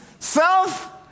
Self